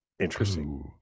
interesting